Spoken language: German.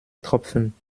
tropfen